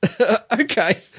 Okay